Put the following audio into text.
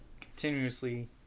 continuously